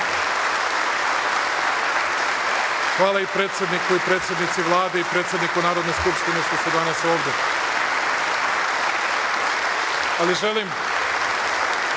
Hvala i predsedniku i predsednici Vlade i predsedniku Narodne skupštine što su danas ovde. Ali želim